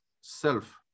self